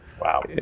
wow